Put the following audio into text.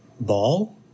ball